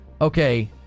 Okay